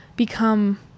become